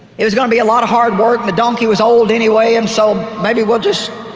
it was going to be a lot of hard work and the donkey was old anyway and so maybe we'll just